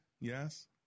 yes